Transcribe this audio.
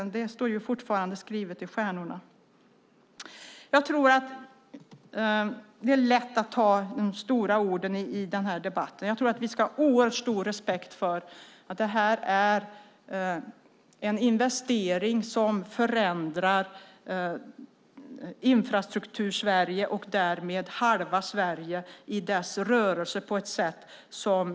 Det står fortfarande skrivet i stjärnorna. Det är lätt att ta till stora ord i denna debatt. Jag tror att vi ska ha stor respekt för att detta är en investering som förändrar Infrastruktursverige och därmed halva Sverige i dess rörelse.